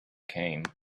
came